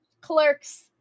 clerks